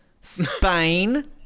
Spain